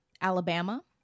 Alabama